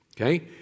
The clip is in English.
okay